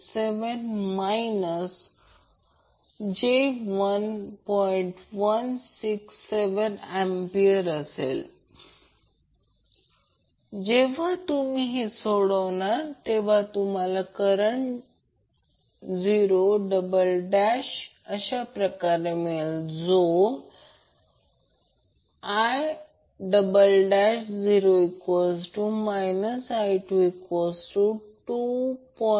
176A जेव्हा तुम्ही हे सोडवणार तुम्हाला करंट I0 अशाप्रकारे मिळेल I0 I2 2